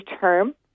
term